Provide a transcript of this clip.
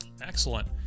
Excellent